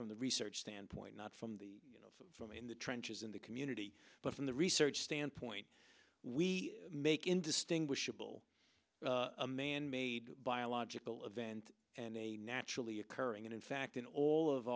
from the research standpoint not from the you know from in the trenches in the community but from the research standpoint we make indistinguishable a manmade biological event and a naturally occurring and in fact in all of